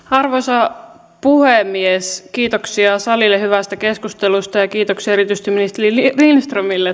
arvoisa puhemies kiitoksia salille hyvästä keskustelusta ja kiitoksia erityisesti ministeri lindströmille